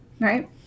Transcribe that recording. right